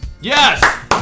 Yes